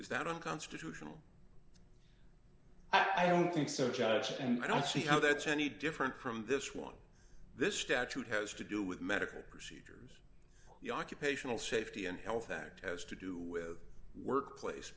is that unconstitutional i don't think so judge and i don't see how that's any different from this one this statute has to do with medical procedures the occupational safety and health act has to do with workplace